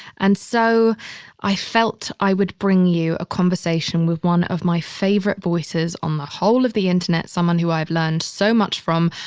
and so i felt i would bring you a conversation with one of my favorite voices on the whole of the internet, someone who i've learned so much from.